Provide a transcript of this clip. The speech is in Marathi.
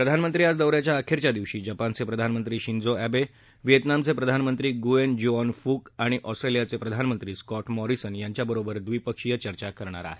प्रधानमंत्री आज दौ याच्या अखेरच्या दिवशी जपानचे प्रधानमंत्री शिंजो आबे व्हिएतनामचे प्रधानमंत्री गुऐन जुऑन फुक आणि ऑस्ट्रेलियाचे प्रधानमंत्री स्कॉट मॉरिसन याच्याबरोबर द्विपक्षीय चर्चा करणार आहेत